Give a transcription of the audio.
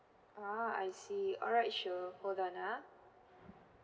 ah I see alright sure hold on ah